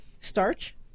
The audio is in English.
starch